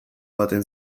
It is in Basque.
baten